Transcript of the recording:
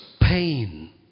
pain